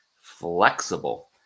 flexible